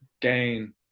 gain